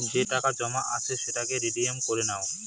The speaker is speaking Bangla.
যে টাকা জমা আছে সেটাকে রিডিম করে নাও